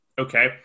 Okay